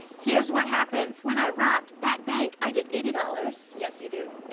here's what happens, when i robbed that bank, i get eighty dollars. yes you do,